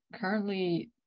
currently